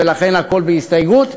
ולכן הכול בהסתייגות.